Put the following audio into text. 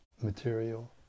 material